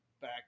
back